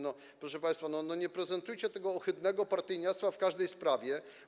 No, proszę państwa, nie prezentujcie tego ohydnego partyjniactwa w każdej sprawie.